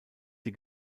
die